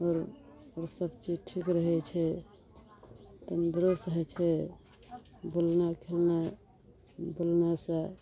सब चीज ठीक रहै छै तन्दुरुस्त होइ छै बोलनाइ खेलनाइ बोलनाइ सऽ